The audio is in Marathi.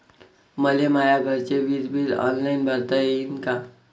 मले माया घरचे विज बिल ऑनलाईन भरता येईन का?